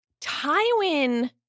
Tywin